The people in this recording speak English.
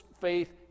faith